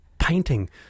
Painting